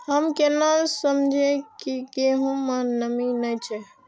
हम केना समझये की गेहूं में नमी ने छे?